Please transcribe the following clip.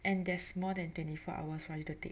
and there's more than twenty four hours for you to take